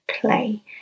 play